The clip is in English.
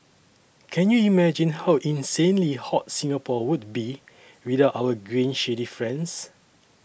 can you imagine how insanely hot Singapore would be without our green shady friends